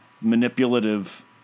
manipulative